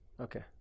Okay